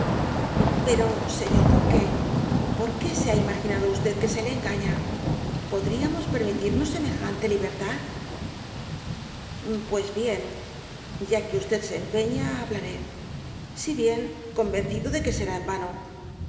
pero señor duque por qué se ha imaginado usted que se le engaña podríamos permitirnos semejante libertad pues bien ya que usted se empeña hablaré si bien convencido de que será en vano